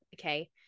okay